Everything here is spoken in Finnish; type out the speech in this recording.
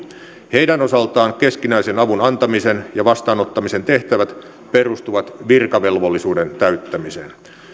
heidän osaltaan keskinäisen avun antamisen ja vastaanottamisen tehtävät perustuvat virkavelvollisuuden täyttämiseen